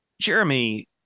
Jeremy